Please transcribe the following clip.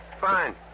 Fine